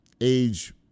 age